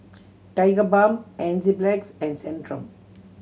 Tigerbalm Enzyplex and Centrum